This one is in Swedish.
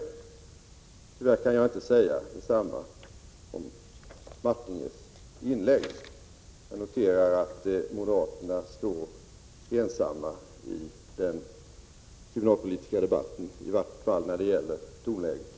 Tyvärr kan jag inte säga detsamma när det gäller Jerry Martingers inlägg. Jag noterar att moderaterna står ensamma i den kriminalpolitiska debatten, i vart fall när det gäller tonläget.